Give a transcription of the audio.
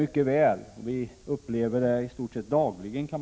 Det är ett förhållande som vi i stort sett dagligen möter.